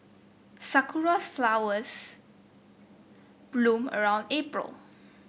sakuras flowers bloom around April